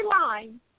line